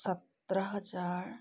सत्र हजार